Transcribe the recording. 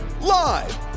Live